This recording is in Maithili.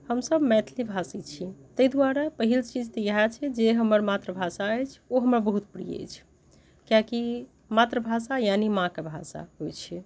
हमसभ मैथिली भाषी छी ताहि दुआरे पहिल चीज तऽ इएह छै जे हमर मातृभाषा अछि ओ हमरा बहुत प्रिय अछि कियाकि मातृभाषा यानी माँके भाषा होइत छै